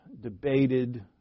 debated